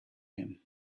him